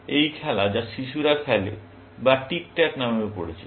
এই খেলা যা শিশুরা খেলে বা টিক ট্যাক নামেও পরিচিত